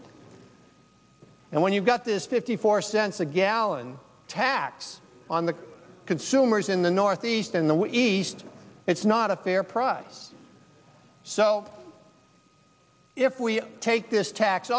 and when you've got this fifty four cents a gallon tax on the consumers in the northeast in the east it's not a fair process so if we take this tax